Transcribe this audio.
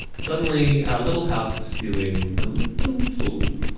suddenly our little house is feeling a little full.